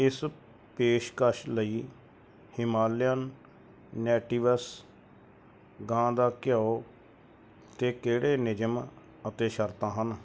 ਇਸ ਪੇਸ਼ਕਸ਼ ਲਈ ਹਿਮਾਲਯਨ ਨੈਟੀਵਸ ਗਾਂ ਦੇ ਘਿਓ 'ਤੇ ਕਿਹੜੇ ਨਿਯਮ ਅਤੇ ਸ਼ਰਤਾਂ ਹਨ